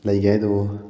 ꯂꯩꯒꯦ ꯍꯥꯏꯗꯨꯕꯣ